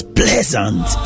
pleasant